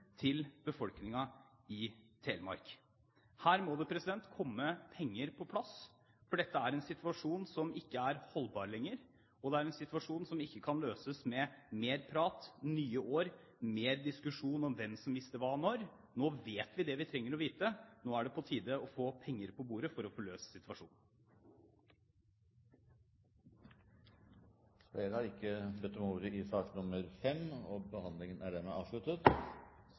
til befolkningen i Telemark. Her må det komme penger på plass, for dette er en situasjon som ikke er holdbar lenger, og det er en situasjon som ikke kan løses med mer prat, nye år, mer diskusjon om hvem som visste hva, når. Nå vet vi det vi trenger å vite, nå er det på tide å få penger på bordet for å få løst situasjonen. Flere har ikke bedt om ordet til sak